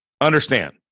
understand